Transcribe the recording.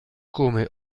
come